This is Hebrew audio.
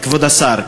כבוד השר,